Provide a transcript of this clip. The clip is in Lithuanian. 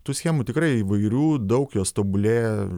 tų schemų tikrai įvairių daug jos tobulėja